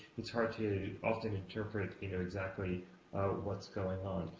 it's hard to often interpret you know exactly what's going on.